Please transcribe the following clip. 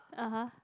(uh huh)